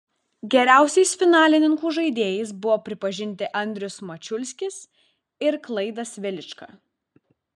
geriausiais finalininkų žaidėjais buvo pripažinti andrius mačiulskis ir klaidas velička